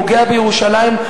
פוגע בירושלים.